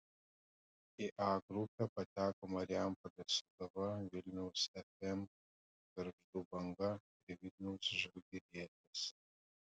į a grupę pateko marijampolės sūduva vilniaus fm gargždų banga ir vilniaus žalgirietis